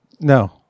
No